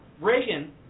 Reagan